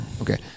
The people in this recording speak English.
Okay